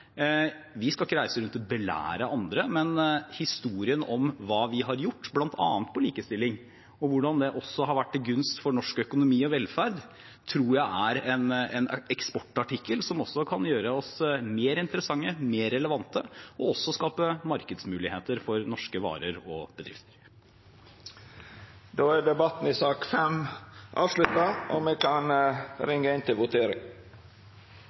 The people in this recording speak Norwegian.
Vi skal ikke reise rundt og belære andre, men historien om hva vi har gjort bl.a. på likestilling, og hvordan det også har vært til gunst for norsk økonomi og velferd, tror jeg er en eksportartikkel som kan gjøre oss mer interessante, mer relevante og også skape markedsmuligheter for norske varer og bedrifter. Debatten i sak nr. 5 er dermed avslutta. Stortinget er klar til å gå til votering.